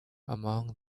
among